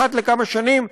אחת לכמה שנים,